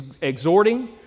exhorting